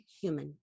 human